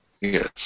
Yes